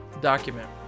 document